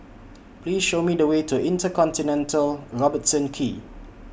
Please Show Me The Way to InterContinental Robertson Quay